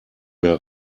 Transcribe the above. mehr